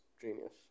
genius